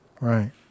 right